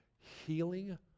healing